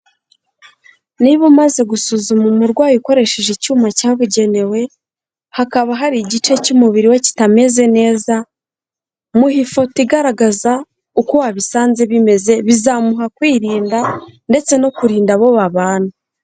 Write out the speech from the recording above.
Niba umaze gusuzuma umurwayi ukoresheje icyuma cyabugenewe, hakaba hari igice cy'umubiri we kitameze neza, muhe ifoto igaragaza uko wabisanze bimeze bizamuha kwirinda ndetse no kurinda abo babana.